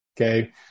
Okay